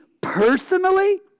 personally